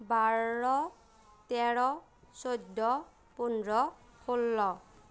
বাৰ তেৰ চৈধ্য পোন্ধৰ ষোল্ল